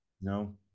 No